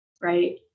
right